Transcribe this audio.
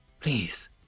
please